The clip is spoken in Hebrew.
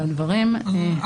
אני